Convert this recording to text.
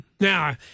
Now